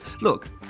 Look